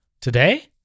Today